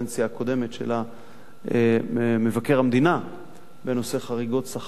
הקודמת של מבקר המדינה בנושא חריגות שכר